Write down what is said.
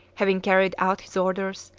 having carried out his orders,